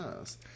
Yes